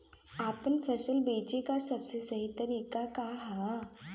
आपन फसल बेचे क सबसे सही तरीका का ह?